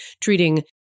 treating